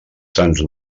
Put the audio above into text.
sants